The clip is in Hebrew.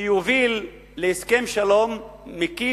שיוביל להסכם שלום מקיף,